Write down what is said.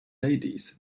ladies